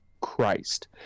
Christ